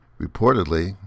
Reportedly